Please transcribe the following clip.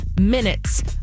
minutes